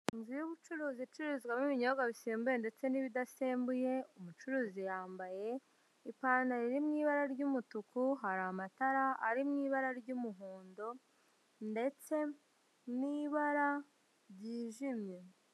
Inzu y'ubucuruzi icururizwamo ibinyobwa bisembuye ndetse n'ibidasembuye, Umucuruzi yambaye ipantaro iri mu ibara ry'umutuku, hari amatara ari mu ibara ry'umuhondo ndetse n'ibara ryijimye.